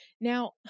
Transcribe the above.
Now